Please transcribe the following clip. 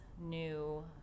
new